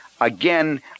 again